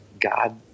God